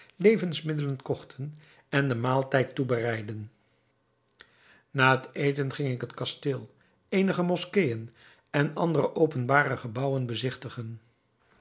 levensmiddelen kochten en den maaltijd toebereidden na het eten ging ik het kasteel eenige moskeën en andere openbare gebouwen bezigtigen